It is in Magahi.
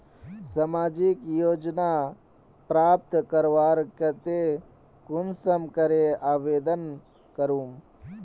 सामाजिक योजना प्राप्त करवार केते कुंसम करे आवेदन करूम?